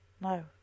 No